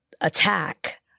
attack